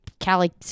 Callie